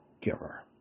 giver